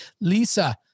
Lisa